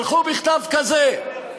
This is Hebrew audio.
שלחו מכתב לראש